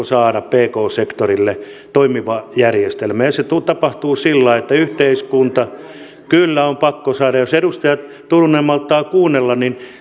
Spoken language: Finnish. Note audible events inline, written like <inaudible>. <unintelligible> saada pk sektorille toimiva järjestelmä ja se tapahtuu sillä lailla että yhteiskunta kyllä on pakko saada jos edustaja turunen malttaa kuunnella niin